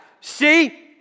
See